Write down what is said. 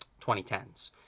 2010s